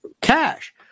cash